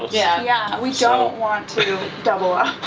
yeah yeah, we don't want to double up,